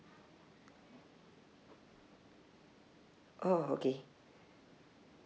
oh okay